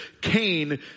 Cain